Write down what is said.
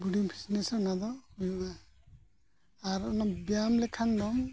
ᱵᱚᱰᱤ fitness ᱮᱱᱟᱝ ᱚᱱᱟ ᱫᱚ ᱦᱩᱭᱩᱜᱼᱟ ᱟᱨ ᱚᱱᱟ ᱵᱮᱭᱟᱢ ᱞᱮᱠᱷᱟᱱ ᱫᱚᱢ